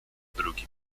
drugim